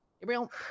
Gabriel